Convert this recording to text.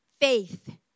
Faith